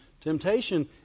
Temptation